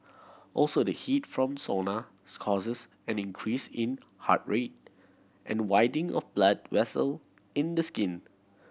also the heat from sauna causes an increase in heart rate and widening of blood vessel in the skin